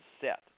set